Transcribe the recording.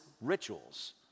rituals